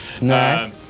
Nice